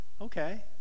okay